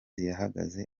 yahagaze